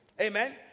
amen